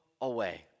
away